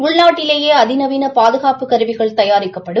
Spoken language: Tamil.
உள்நாட்டிலேயே அதிநவீன பாதுகாப்பு கருவிகள் தயாரிக்கப்படும்